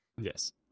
Yes